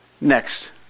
Next